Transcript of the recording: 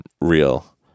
real